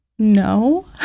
no